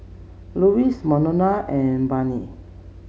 Lewis Monna and Brittaney